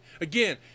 again